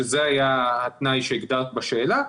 שזה היה התנאי שהגדרת בשאלה,